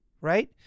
right